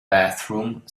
bathroom